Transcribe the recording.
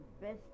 best